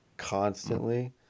constantly